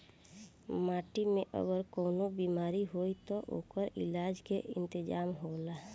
माटी में अगर कवनो बेमारी होई त ओकर इलाज के इंतजाम होला